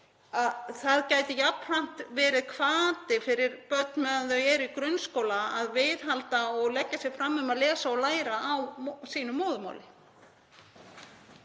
Það gæti jafnframt verið hvati fyrir börn meðan þau eru í grunnskóla að viðhalda og leggja sig fram um að lesa og læra á sínu móðurmáli.